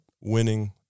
winning